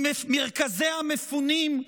ממרכזי המפונים,